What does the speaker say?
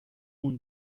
اون